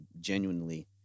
genuinely